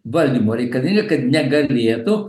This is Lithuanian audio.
valdymo reikalinga kad negalėtų